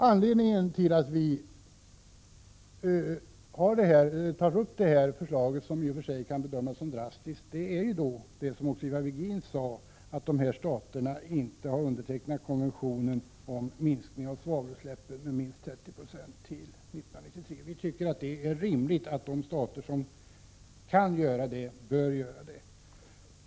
Anledningen till att vi för fram detta förslag, som i och för sig kan bedömas som drastiskt, är att dessa stater, som Ivar Virgin sade, inte har undertecknat konventionen om minskning av svavelutsläppen med minst 30 96 till 1993. Vi tycker att det är rimligt att de stater som kan åstadkomma en sådan minskning också gör det.